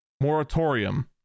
moratorium